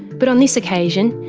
but on this occasion,